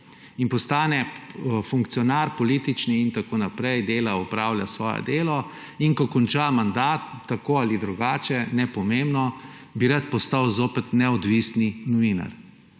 in postane politični funkcionar in tako naprej, dela, opravlja svoje delo. In ko konča mandat, tako ali drugače, nepomembno, bi rad postal zopet neodvisni novinar.